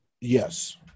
Yes